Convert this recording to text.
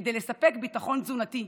כדי לספק ביטחון תזונתי,